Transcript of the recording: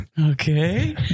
Okay